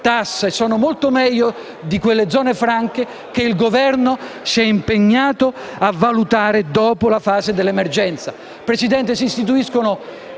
sono molto meglio di quelle zone franche che il Governo si è impegnato a valutare dopo la fase dell'emergenza.